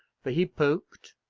for he poked,